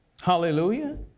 Hallelujah